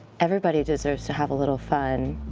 everybody deserves to have a little fun.